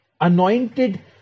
anointed